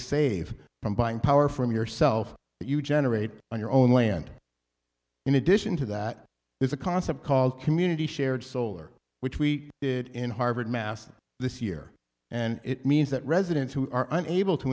save from buying power from yourself that you generate on your own land in addition to that there's a concept called community shared solar which we did in harvard mass this year and it means that residents who are unable to